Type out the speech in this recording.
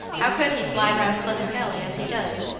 how could he fly round pleasant valley as he does?